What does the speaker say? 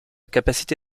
capacité